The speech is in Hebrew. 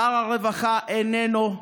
שר הרווחה איננו,